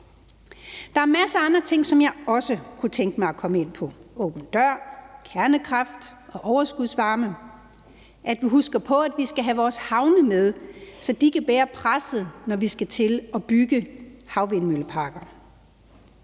Der er masser af andre ting, som jeg også kunne tænke mig at komme ind på – åben dør, kernekraft og overskudsvarme, og at vi husker på, at vi skal have vores havne med, så de kan bære presset, når vi skal til at bygge havvindmølleparker